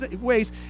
ways